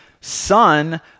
son